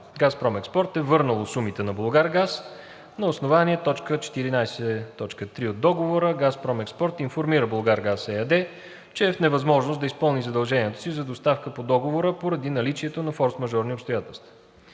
„Газпром Експорт“ е върнало сумите на „Булгаргаз“. На основание т. 14.3 от Договора ООО „Газпром Експорт“ информира „Булгаргаз“ ЕАД, че е в невъзможност да изпълни задължението си за доставка по Договора поради наличието на форсмажорни обстоятелства.